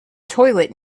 toilet